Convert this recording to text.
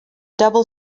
double